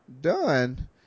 done